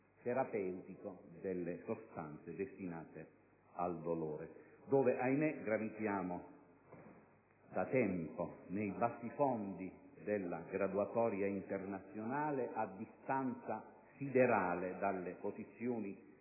terapeutico delle sostanze destinate a controllare il dolore, dove - ahimè - gravitiamo da tempo nei bassifondi della graduatoria internazionale, a distanza siderale dalle posizioni